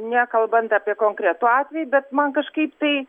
nekalbant apie konkretų atvejį bet man kažkaip tai